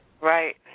Right